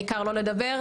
העיקר לא לדבר,